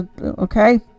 Okay